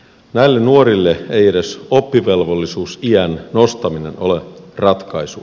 näille nuorille ei edes oppivelvollisuusiän nostaminen ole ratkaisu